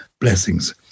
blessings